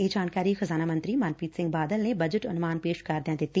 ਇਹ ਜਾਣਕਾਰੀ ਖਜ਼ਾਨਾ ਮੰਤਰੀ ਮਨਪ੍ਰੀਤ ਸਿੰਘ ਬਾਦਲ ਨੇ ਬਜਟ ਅਨੁਮਾਨ ਪੇਸ਼ ਕਰਦਿਆਂ ਦਿੱਤੀ